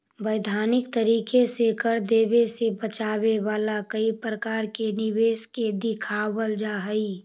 वैधानिक तरीके से कर देवे से बचावे वाला कई प्रकार के निवेश के दिखावल जा हई